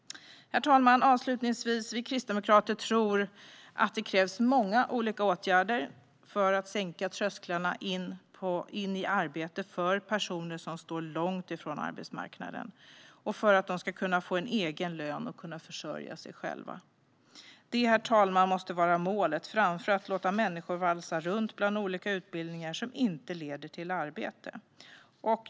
Herr talman! Kristdemokraterna tror avslutningsvis att det krävs många olika åtgärder för att sänka trösklarna in i arbete för personer som står långt ifrån arbetsmarknaden, så att de kan få en egen lön och försörja sig själva. Detta måste vara målet framför att låta människor valsa runt bland olika utbildningar som inte leder till arbete.